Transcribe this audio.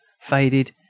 faded